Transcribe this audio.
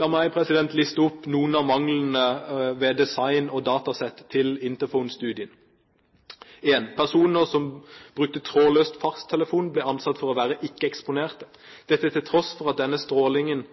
La meg liste opp noen av manglene ved design og datasett til Interphone-studien: Personer som brukte trådløs fasttelefon, ble ansett for å være ikke-eksponerte – dette til tross for at denne strålingen